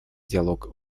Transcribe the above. диалог